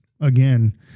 Again